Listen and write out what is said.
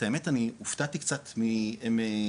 את האמת אני הופתעתי קצת מהנתונים,